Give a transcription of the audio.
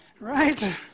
Right